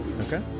Okay